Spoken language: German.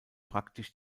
praktisch